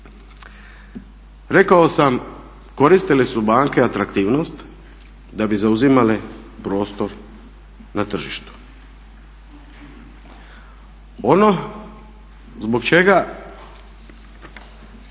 Rekao sam koristile su banke atraktivnost da bi zauzimale prostor na tržištu. Ono zbog čega